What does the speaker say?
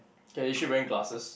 okay is she wearing glasses